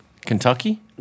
Kentucky